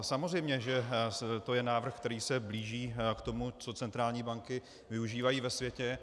Samozřejmě že to je návrh, který se blíží k tomu, co centrální banky využívají ve světě.